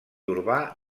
urbà